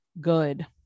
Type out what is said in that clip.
Good